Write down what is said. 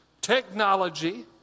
technology